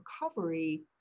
recovery